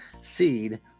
seed